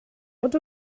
ond